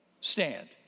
stand